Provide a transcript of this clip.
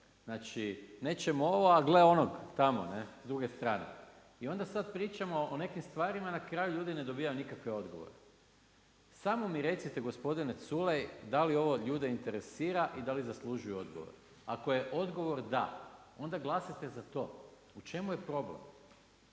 znači nećemo ovo, a gle onog tamo ne s druge strane i onda sada pričamo o nekim stvarima i na kraju ljudi ne dobivaju nikakve odgovore. Samo mi recite gospodine Culej da li ovo ljude interesira i da li zaslužuju odgovor. Ako je odgovor da, onda glasajte za to. U čemu je problem?